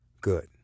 Good